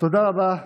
תודה רבה,